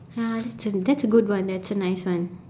ya that's a that's a good one that's a nice one